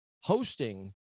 hosting